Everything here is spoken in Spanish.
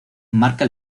marca